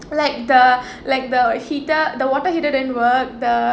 like the like the heater the water heater didn't work the